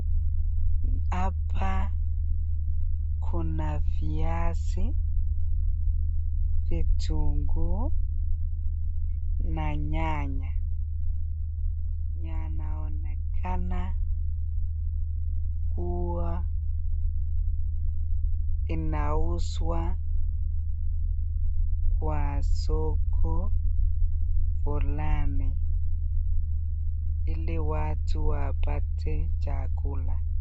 Hapa Kuna viazi vituguu na nyanya yanaoneka kuwa inauzwa Kwa soko fulani hili watu wapater chakula.